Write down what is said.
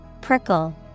Prickle